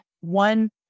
one